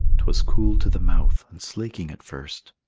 twas cool to the mouth and slaking at first,